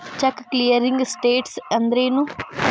Check clearing status ಅಂದ್ರೇನು?